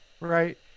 right